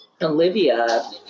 Olivia